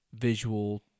visual